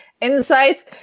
insights